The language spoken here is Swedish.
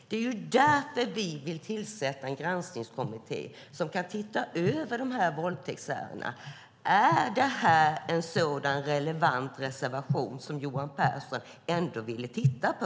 Det är därför vi vill tillsätta en granskningskommitté som kan titta över våldtäktsärendena. Är det här en sådan relevant reservation som Johan Pehrson ändå vill titta på?